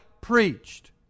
preached